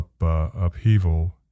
upheaval